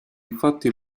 infatti